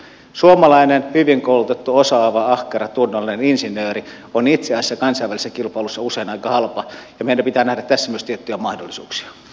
suomalainen hyvin koulutettu osaava ahkera tunnollinen insinööri on itse asiassa kansainvälisessä kilpailussa usein aika halpa ja meidän pitää nähdä tässä myös tiettyjä mahdollisuuksia